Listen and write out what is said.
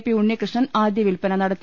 P Unnikrishnan ആദ്യവിൽപ്പന നടത്തി